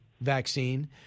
Vaccine